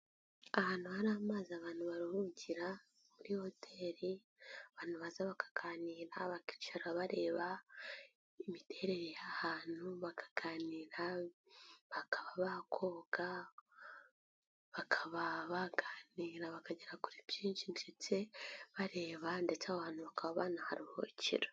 Ahantu hari amazi abantu baruhukira muri hoteli abantu baza bakaganira bakicara bareba imiterere y'ahantu, bakaganira bakaba bakoga bakaba baganira, bakagera kuri byinshi ndetse bareba ndetse abantu bakaba banaharuhukira.